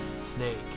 Snake